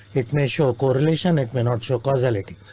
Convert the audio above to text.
it may show correlation. it may not show causality,